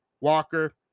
Walker